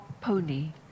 pony